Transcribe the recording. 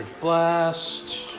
Blast